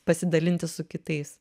pasidalinti su kitais